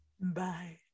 Bye